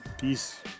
Peace